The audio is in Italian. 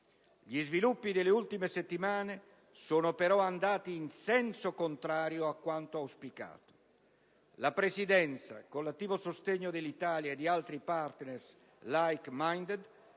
Gli sviluppi delle utlime settimane sono però andati in senso contrario a quanto auspicato. La Presidenza, con l'attivo sostegno dell'Italia e di altri partner "*like minded*",